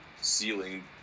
ceiling